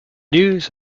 news